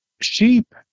sheep